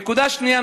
נקודה שנייה,